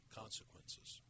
consequences